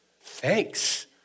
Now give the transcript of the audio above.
Thanks